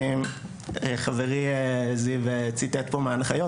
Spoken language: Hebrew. חברי זיו הפנה להנחיות,